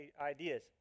ideas